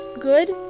good